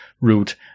root